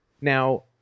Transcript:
Now